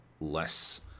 less